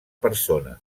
persona